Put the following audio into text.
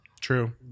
True